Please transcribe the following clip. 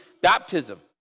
baptism